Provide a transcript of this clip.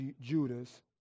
Judas